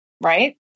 right